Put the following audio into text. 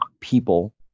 people